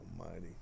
almighty